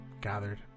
gathered